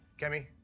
Kemi